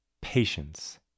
Patience